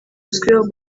uzwiho